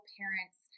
parents